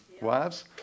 Wives